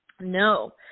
No